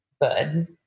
good